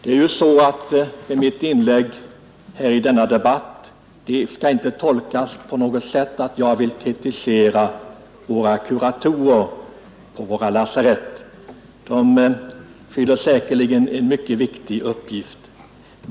Herr talman! Mitt inlägg i denna debatt skall inte tolkas så att jag på något sätt vill kritisera kuratorerna vid våra lasarett. De fyller säkerligen en mycket viktig uppgift.